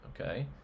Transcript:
okay